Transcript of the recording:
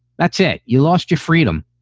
that's it. you lost your freedom.